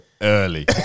early